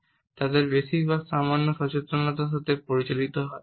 এবং তাদের বেশিরভাগই সামান্য সচেতনতার সাথে পরিচালিত হয়